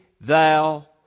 thou